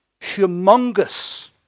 Humongous